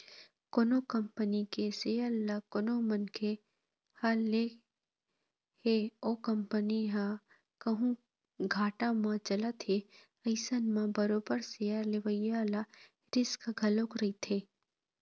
कोनो कंपनी के सेयर ल कोनो मनखे ह ले हे ओ कंपनी ह कहूँ घाटा म चलत हे अइसन म बरोबर सेयर लेवइया ल रिस्क घलोक रहिथे